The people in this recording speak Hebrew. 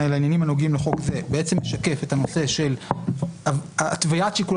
הנוגעים לחוק זה משקפים את הנושא של התוויית שיקול